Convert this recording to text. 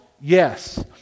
yes